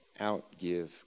outgive